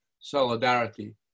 solidarity